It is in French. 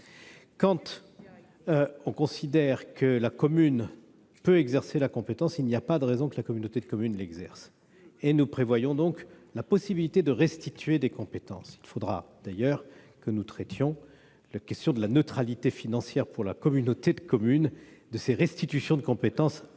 qu'elle soit. Lorsque la commune peut exercer la compétence, il n'y a pas de raison que la communauté de communes l'exerce. Nous prévoyons donc la possibilité de restituer des compétences. Il faudra d'ailleurs que nous traitions la question de la neutralité financière, pour la communauté de communes, de ces restitutions de compétences à la commune.